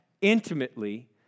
intimately